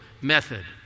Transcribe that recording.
method